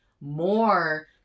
more